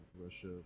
Russia